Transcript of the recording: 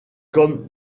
comme